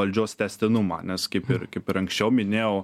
valdžios tęstinumą nes kaip ir kaip ir anksčiau minėjau